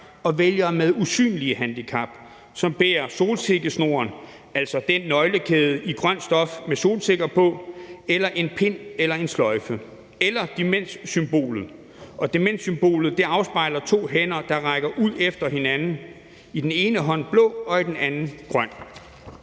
og vælgere med usynlige handicap, som bærer solsikkesnoren, altså en nøglekæde i grønt stof med solsikker på, eller en pin eller en sløjfe eller demenssymbolet. Demenssymbolet viser to hænder, der rækker ud efter hinanden – den ene hånd i blå, den anden i grøn.